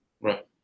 Right